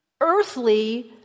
earthly